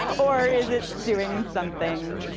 or is it doing something,